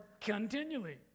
continually